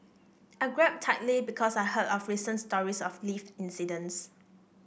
I grabbed tightly because I heard of recent stories of lift incidents